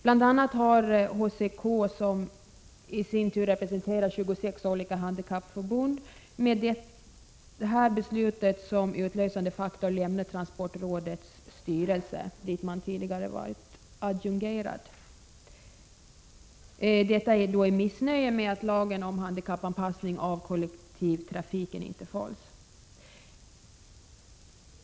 Bl.a. har HCK, som i sin tur representerar 26 handikappförbund, med detta beslut som utlösande faktor lämnat transportrådets styrelse, dit man tidigare var adjungerad. Detta sker i missnöje över att lagen om handikappanpassning av kollektivtrafiken inte följs.